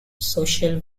social